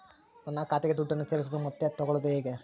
ನನ್ನ ಖಾತೆಗೆ ದುಡ್ಡನ್ನು ಸೇರಿಸೋದು ಮತ್ತೆ ತಗೊಳ್ಳೋದು ಹೇಗೆ?